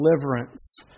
deliverance